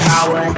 Power